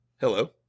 Hello